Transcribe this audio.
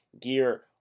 gear